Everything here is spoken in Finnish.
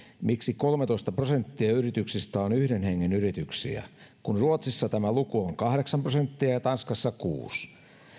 miksi kolmetoista prosenttia yrityksistä on yhden hengen yrityksiä kun ruotsissa tämä luku on kahdeksan prosenttia ja tanskassa kuusi